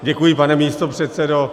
Děkuji, pane místopředsedo.